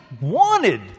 wanted